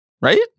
right